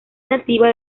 nativa